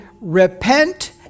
Repent